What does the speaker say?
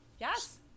Yes